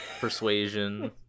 persuasion